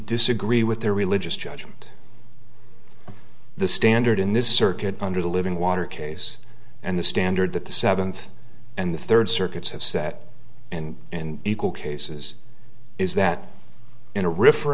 disagree with their religious judgment the standard in this circuit under the living water case and the standard that the seventh and the third circuit's have set in in equal cases is that in a r